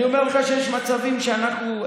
אני אומר לך שיש מצבים שאנחנו,